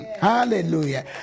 Hallelujah